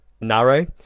narrow